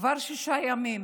כבר שישה ימים